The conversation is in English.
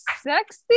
sexy